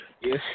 Yes